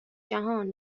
جهان